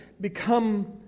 become